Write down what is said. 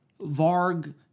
Varg